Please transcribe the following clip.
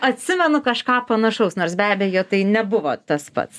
atsimenu kažką panašaus nors be abejo tai nebuvo tas pats